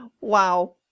Wow